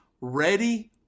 Ready